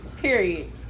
Period